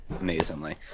amazingly